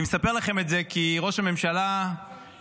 אני מספר לכם את זה כי ראש הממשלה יצא